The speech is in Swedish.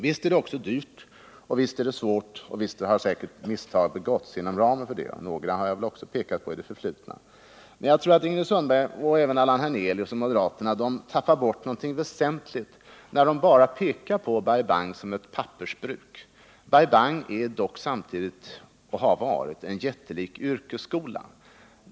Visst är projektet också dyrt, visst är det svårt, och visst har säkert misstag begåtts inom ramen för detta — några har jag väl också pekat på i det förflutna. Men jag tror att Ingrid Sundberg och även Allan Hernelius och de andra moderaterna tappar bort något väsentligt när de bara pekar på Bai Bang som ett pappersbruk. Bai Bang är dock samtidigt — och har varit det — en jättelik yrkesskola.